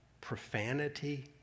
profanity